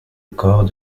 corps